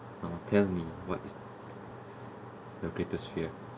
now tell me what is your greatest fear